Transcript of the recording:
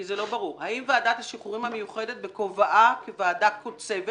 כי זה לא ברור: האם ועדת השחרורים המיוחדת בכובעה כוועדה קוצבת